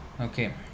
Okay